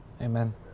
Amen